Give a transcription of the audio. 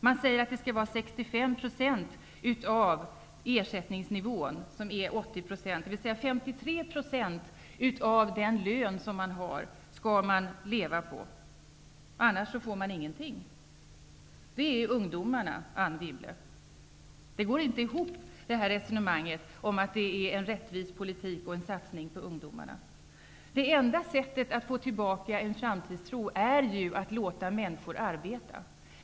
Man säger att bidraget skall vara 65 % av ersättningsnivån, som är 80 %, dvs. man skall leva på 53 % av den lön man har, annars får man ingenting. Det är ungdomarnas situation, Anne Wibble. Resonemanget om att det är en rättvis politik och en satsning på ungdomarna går inte ihop. Det enda sättet att få tillbaka en framtidstro är att låta människor arbeta.